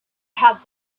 had